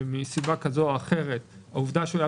שמסיבה כזו או אחרת העובדה שהוא היה